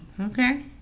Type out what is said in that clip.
Okay